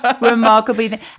remarkably